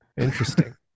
interesting